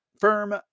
firm